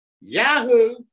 yahoo